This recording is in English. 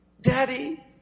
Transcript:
Daddy